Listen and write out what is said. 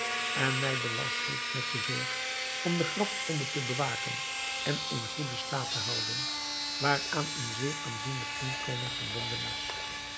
en mij belast heeft met de zorg om de graftombe te bewaken en in goeden staat te houden waaraan een zeer aanzienlijk inkomen verbonden is